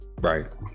right